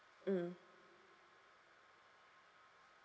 mm